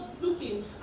looking